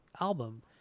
album